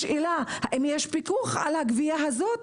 השאלה היא האם יש פיקוח על הגבייה הזאת,